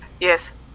Yes